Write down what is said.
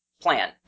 plan